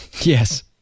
Yes